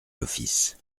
l’office